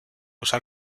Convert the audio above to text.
usar